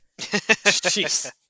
Jeez